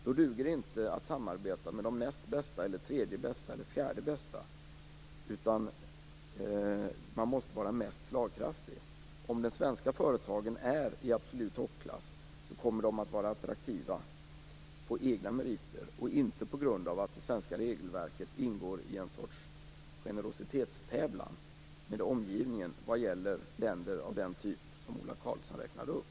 Då duger det inte att samarbeta med de näst bästa, de tredje bästa eller de fjärde bästa. Man måste vara mest slagkraftig. Om de svenska företagen är i absolut toppklass kommer de att vara attraktiva på egna meriter och inte på grund av att det svenska regelverket ingår i en sorts generositetstävlan med omgivningen vad gäller länder av den typ som Ola Karlsson räknade upp.